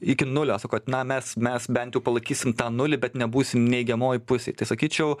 iki nulio sako na mes mes bent jau palaikysim tą nulį bet nebūsim neigiamoj pusėj tai sakyčiau